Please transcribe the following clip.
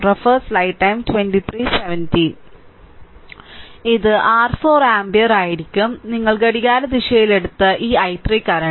ഇത് r 4 ampere ആയിരിക്കും ഞങ്ങൾ ഘടികാരദിശയിൽ എടുത്ത ഈ i3 കറന്റ്